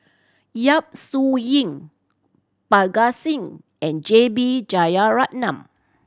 Yap Su Yin Parga Singh and J B Jeyaretnam